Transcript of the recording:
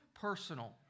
personal